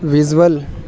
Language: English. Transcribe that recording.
visual